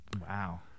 Wow